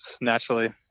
naturally